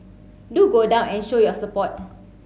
do go down an show your support